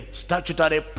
statutory